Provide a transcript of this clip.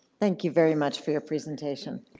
thank you very much for your presentation.